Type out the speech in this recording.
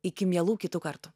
iki mielų kitų kartų